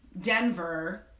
Denver